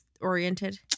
oriented